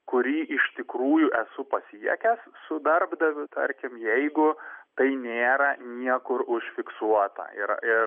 kurį iš tikrųjų esu pasiekęs su darbdaviu tarkim jeigu tai nėra niekur užfiksuota ir ir